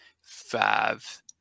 five